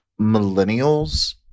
millennials